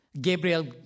Gabriel